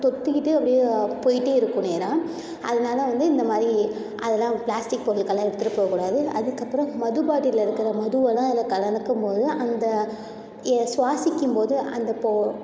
தொத்திக்கிட்டே அப்படியே போயிகிட்டே இருக்கும் நேராக அதனால வந்து இந்த மாதிரி அதெல்லாம் ப்ளாஸ்டிக் பொருட்கள்லாம் எடுத்துட்டுப் போகக்கூடாது அதுக்கப்புறம் மதுபாட்டில்ல இருக்கிற மதுவெல்லாம் அதில் கலக்கும்போது அந்த எ சுவாசிக்கும் போது அந்த போ